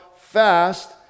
fast